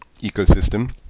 ecosystem